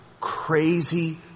crazy